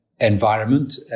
Environment